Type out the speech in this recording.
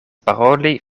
paroli